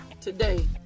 today